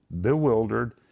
bewildered